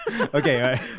Okay